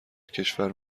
کشور